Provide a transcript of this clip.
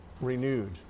renewed